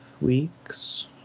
weeks